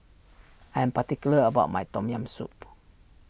I am particular about my Tom Yam Soup